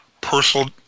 personal